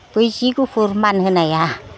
बै जि गुफुर मान होनाया